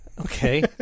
okay